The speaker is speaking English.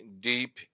deep